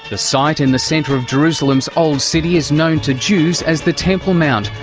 the site in the centre of jerusalem's old city is known to jews as the temple mount.